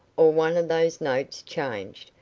or one of those notes changed,